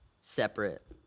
separate